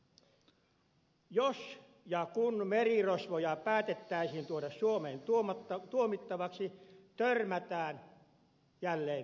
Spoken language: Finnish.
jos ja kun merirosvoja päätettäisiin tuoda suomeen tuomittavaksi törmätään jälleen kustannuksiin